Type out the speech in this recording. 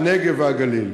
הנגב והגליל".